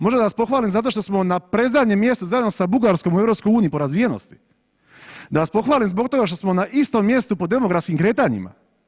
Možda da vas pohvalim zato što smo na predzadnjem mjestu zajedno sa Bugarskom u EU po razvijenosti, da vas pohvalim zbog toga što smo na istom mjestu po demografskim kretanjima.